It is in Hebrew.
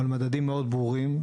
על מדדים מאוד ברורים,